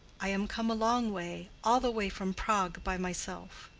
i am come a long way, all the way from prague by myself.